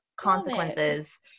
consequences